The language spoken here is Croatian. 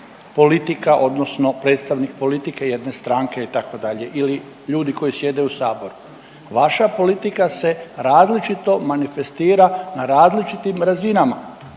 politika odnosno predstavnik politike jedne stranke itd. ili ljudi koji sjede u saboru. Vaša politika se različito manifestira na različitim razinama,